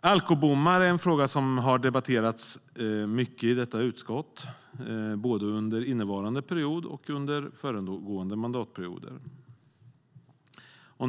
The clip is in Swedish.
Alkobommar är en fråga som har debatterats mycket i trafikutskottet, både under innevarande mandatperiod och under föregående mandatperioder.